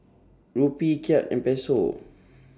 Rupee Kyat and Peso